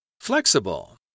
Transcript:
Flexible